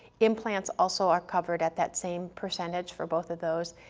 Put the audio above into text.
implants also are covered at that same percentage for both of those,